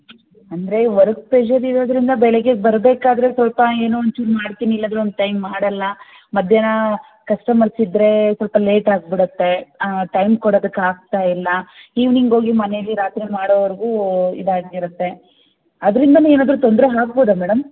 ಅಂದರೆ work pressure ಇರೋದ್ರಿಂದ ಬೆಳಗ್ಗೆ ಬರಬೇಕಾದ್ರೆ ಸ್ವಲ್ಪ ಏನೋ ಒಂಚೂರು ಮಾಡ್ತೀನಿ ಇಲ್ಲಾದರೆ ಒನ್ ಟೈಮ್ ಮಾಡಲ್ಲ ಮಧ್ಯಾಹ್ನ ಕಸ್ಟಮರ್ಸ್ ಇದ್ದರೆ ಸ್ವಲ್ಪ ಲೇಟಾಗಿ ಬಿಡುತ್ತೆ ಟೈಮ್ ಕೊಡೋದುಕ್ಕೆ ಆಗ್ತಾಯಿಲ್ಲ ಇವ್ನಿಂಗ್ ಹೋಗಿ ಮನೆಯಲ್ಲಿ ರಾತ್ರಿ ಮಾಡೋವರೆಗೂ ಇದು ಆಗಿರುತ್ತೆ ಅದರಿಂದನೇ ಏನಾದ್ರೂ ತೊಂದರೆ ಆಗ್ಬೋದ ಮೇಡಮ್